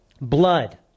Blood